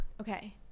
Okay